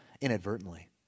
inadvertently